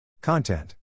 Content